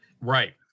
Right